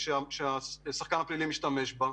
שהשחקן הפלילי משתמש בה,